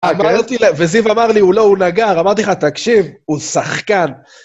אמרתי לו, וזיו אמר לי, הוא לא, הוא נגר, אמרתי לך, תקשיב, הוא שחקן.